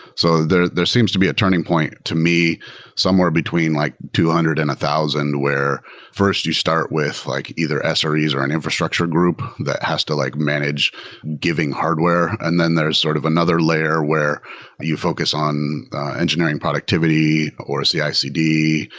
so there there seems to be a turning point to me somewhere between like two hundred and a thousand where first you start with like either sres or an infrastructure group that has to like manage giving hardware. and then there's sort of another layer where you focus on engineering productivity, or cicd,